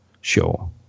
show